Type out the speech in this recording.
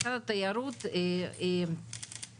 משרד התיירות פנה,